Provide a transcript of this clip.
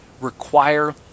require